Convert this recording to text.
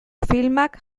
filmak